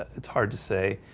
it's hard to say.